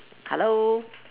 hello